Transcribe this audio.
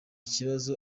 kibazo